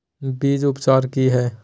बीज उपचार कि हैय?